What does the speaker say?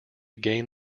gain